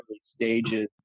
stages